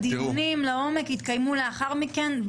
הדיונים לעומק יתקיימו לאחר מכן.